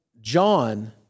John